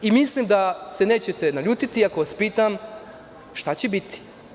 Mislim da se nećete naljutiti ako vas pitam – šta će biti?